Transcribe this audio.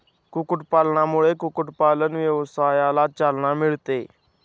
कुक्कुटपालनामुळे कुक्कुटपालन व्यवसायाला चालना मिळते